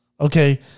Okay